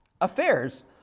affairs